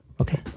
Okay